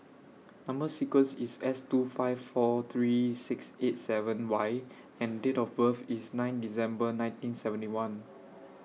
Number sequence IS S two five four three six eight seven Y and Date of birth IS nine December nineteen seventy one